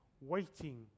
waiting